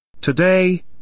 Today